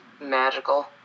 magical